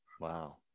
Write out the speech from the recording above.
Wow